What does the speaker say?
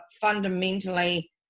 fundamentally